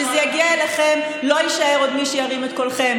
כשזה יגיע אליכם לא יישאר עוד מי שירים את קולו,